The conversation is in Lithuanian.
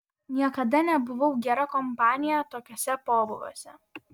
niekada nebuvau gera kompanija tokiuose pobūviuose